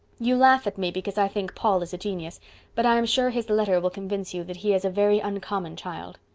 you laugh at me because i think paul is a genius but i am sure his letter will convince you that he is a very uncommon child.